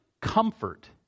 comfort